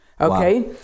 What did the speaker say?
Okay